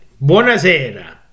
Buonasera